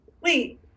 wait